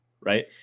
right